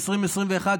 2021,